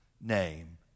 name